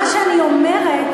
מה שאני אומרת,